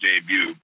debut